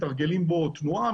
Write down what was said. מתרגלים בו תנועה,